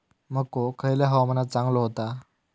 मको खयल्या हवामानात चांगलो होता?